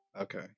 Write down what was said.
Okay